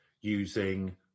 using